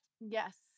Yes